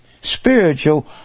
spiritual